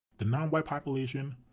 the non-white population,